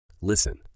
Listen